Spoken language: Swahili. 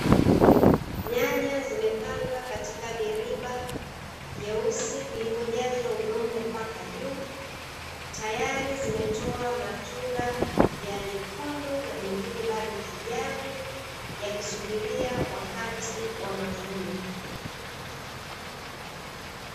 Nyanya zimepandwa kaika viriba vyeusi vilivyojazwa udongo mpaka juu, tayari zimetoa matunda ya nyekundu na nyingine bado kijani yakisubiria wakati wa mavuno.